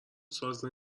ساز